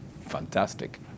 Fantastic